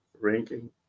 ranking